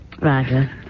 Roger